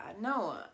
No